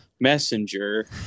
Messenger